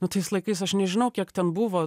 nu tais laikais aš nežinau kiek ten buvo